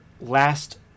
last